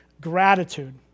gratitude